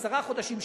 עשרה חודשים,